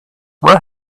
where